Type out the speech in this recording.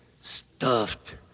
stuffed